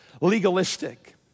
legalistic